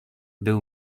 był